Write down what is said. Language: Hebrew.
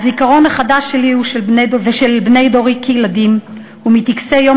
הזיכרון החדש שלי ושל בני דורי כילדים הוא מטקסי יום